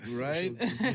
Right